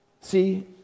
see